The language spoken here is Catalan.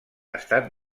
estat